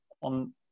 on